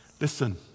Listen